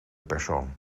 persoon